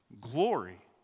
Glory